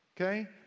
okay